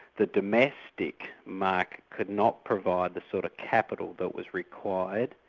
the domestic market could not provide the sort of capital that was required.